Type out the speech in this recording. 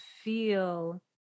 feel